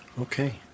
okay